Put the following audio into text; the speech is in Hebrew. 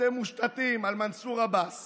אתם מושתתים על מנסור עבאס